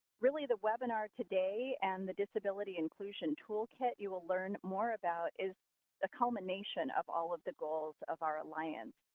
really, the webinar today and the disability inclusion toolkit you will learn more about is a culmination of all of the goals of our alliance.